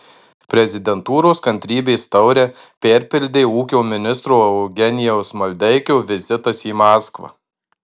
prezidentūros kantrybės taurę perpildė ūkio ministro eugenijaus maldeikio vizitas į maskvą